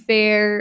Fair